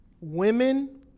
women